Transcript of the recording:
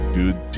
good